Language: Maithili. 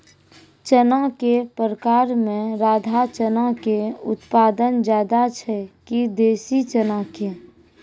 चना के प्रकार मे राधा चना के उत्पादन ज्यादा छै कि देसी चना के?